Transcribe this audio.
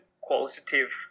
qualitative